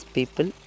People